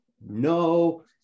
No